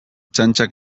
txantxak